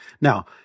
Now